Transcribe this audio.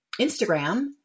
Instagram